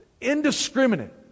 indiscriminate